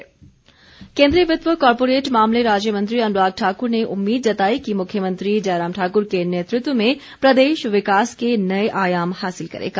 समारोह अन्राग केन्द्रीय वित्त व कॉरपोरेट मामले राज्य मंत्री अनुराग ठाकुर ने उम्मीद जताई कि मुख्यमंत्री जयराम ठाकुर के नेतृत्व में प्रदेश विकास के नए आयाम हासिल करेगा